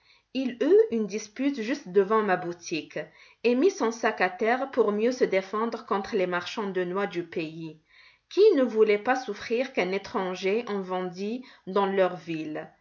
il eut une dispute juste devant ma boutique et mit son sac à terre pour mieux se défendre contre les marchands de noix du pays qui ne voulaient pas souffrir qu'un étranger en vendît dans leur ville